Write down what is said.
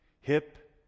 Hip